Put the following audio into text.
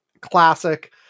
classic